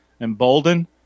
emboldened